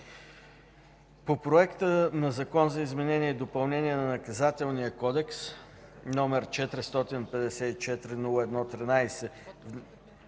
По Проекта на Закона за изменение и допълнение на Наказателния кодекс, № 454-01-13,